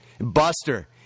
Buster